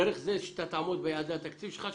דרך זה שאתה תעמוד ביעדי התקציב שלך כך